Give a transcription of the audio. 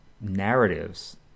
narratives